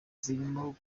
zirimo